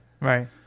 Right